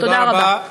תודה רבה.